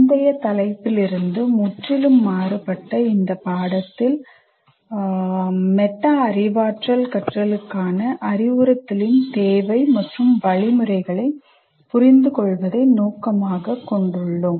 முந்தைய தலைப்பிலிருந்து முற்றிலும் மாறுபட்ட இந்த பாடத்தில் மெட்டா அறிவாற்றல் கற்றலுக்கான அறிவுறுத்தலின் தேவை மற்றும் வழிமுறைகளைப் புரிந்துகொள்வதை நோக்கமாகக் கொண்டுள்ளோம்